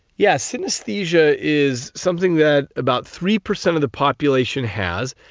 yeah, synaesthesia is something that about three percent of the population has,